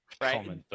right